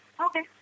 Okay